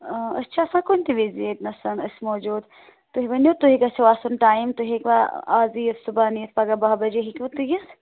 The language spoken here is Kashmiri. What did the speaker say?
اۭں أسۍ چھِ آسان کُنہِ تہِ وِزِ ییٚتہِ نَسَن أسۍ موٗجوٗد تُہۍ ؤنِو تُہۍ گژھِو آسُن ٹایِم تُہۍ ہیٚکوا آز یِتھ صُبحن یِتھ پَگاہ بَہہ بَجے ہیٚکوٕ تُہۍ یِتھ